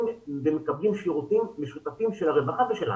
ומקבלים שירותים משותפים של הרווחה ושלנו.